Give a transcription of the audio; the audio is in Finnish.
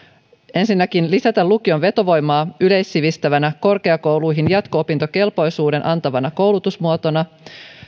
ensinnäkin lisätä lukion vetovoimaa yleissivistävänä korkeakouluihin jatko opintokelpoisuuden antavana koulutusmuotona